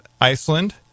Iceland